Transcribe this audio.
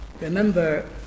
Remember